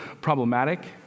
problematic